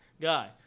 guy